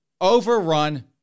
overrun